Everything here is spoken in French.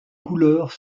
couleurs